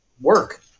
work